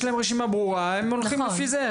יש להם רשימה ברורה, הם הולכים לפי זה.